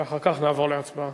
ואחר כך נעבור להצבעה.